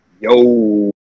Yo